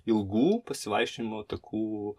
ilgų pasivaikščiojimo takų